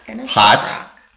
Hot